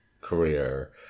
career